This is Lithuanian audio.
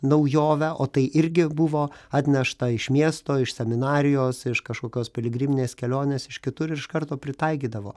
naujovę o tai irgi buvo atnešta iš miesto iš seminarijos iš kažkokios piligriminės kelionės iš kitur iš karto pritaikydavo